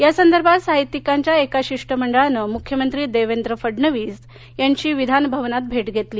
या संदर्भात साहित्यिकांच्या एका शिष्टमंडळानं मुख्यमंत्री देवेंद्र फडणवीस यांची विधानभवनात भेट घेतली